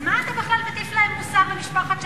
אז מה אתה בכלל מטיף להם מוסר למשפחת שליט?